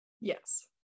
yes